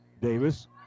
Davis